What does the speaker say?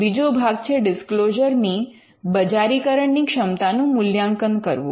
બીજો ભાગ છે ડિસ્ક્લોઝર ની બજારીકરણ ની ક્ષમતાનું મૂલ્યાંકન કરવું